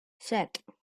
set